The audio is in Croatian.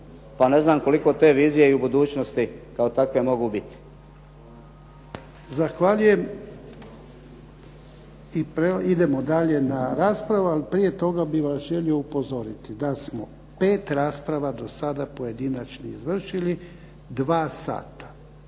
Pa ne znam koliko te vizije u budućnosti kao takve mogu biti. **Jarnjak, Ivan (HDZ)** Zahvaljujem. Idemo dalje na raspravu. Prije toga bih vas želio upozoriti da smo pet rasprava do sada pojedinačnih izvršili, 2 sata.